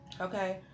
okay